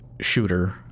shooter